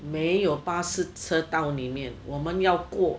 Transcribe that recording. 没有巴士车到里面我们要过